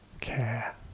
care